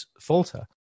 falter